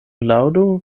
laŭdu